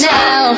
now